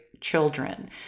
children